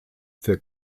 für